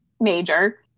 major